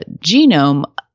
genome